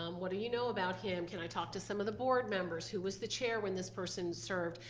um what do you know about him? can i talk to some of the board members? who was the chair when this person served?